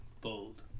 Bold